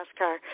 NASCAR